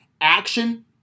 action